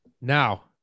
Now